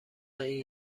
این